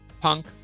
punk